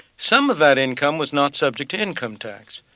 some of that income was not subject to income tax.